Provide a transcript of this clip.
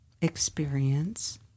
experience